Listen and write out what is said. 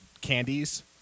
candies